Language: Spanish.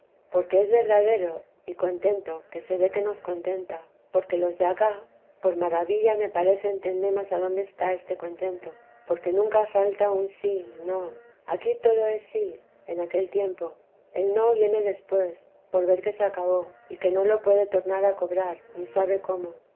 porque es verdadero y contento que se ve que nos contenta porque los de acá por maravilla me parece entendemos adonde está este contento porque nunca falta un sí no aquí todo es sí en aquel tiempo el no viene después por ver que se acabó y que no lo puede tornar a cobrar ni sabe cómo